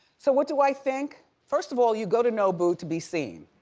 so what do i think? first of all you go to nobu to be seen,